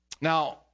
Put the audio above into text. Now